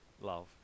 love